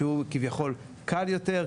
שהוא כביכול קל יותר,